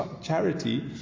charity